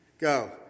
Go